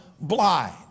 blind